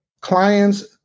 Clients